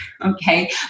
Okay